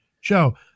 show